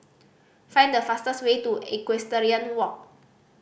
find the fastest way to Equestrian Walk